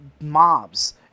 mobs